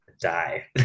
Die